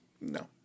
No